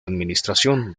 administración